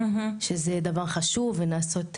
שזה דבר חשוב ונעשות פעולות.